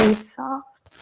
and soft.